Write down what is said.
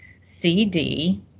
CD